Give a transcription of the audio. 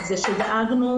זה שדאגנו,